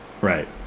Right